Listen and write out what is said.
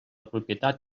propietat